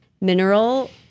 mineral